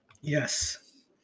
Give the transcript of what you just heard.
Yes